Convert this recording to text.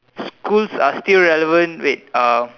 schools are still relevant wait uh